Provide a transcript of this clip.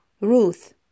Ruth